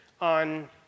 on